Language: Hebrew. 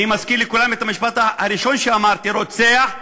אני מזכיר לכולם את המשפט הראשון שאמרתי: רוצח,